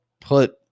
put